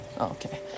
Okay